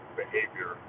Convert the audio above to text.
behavior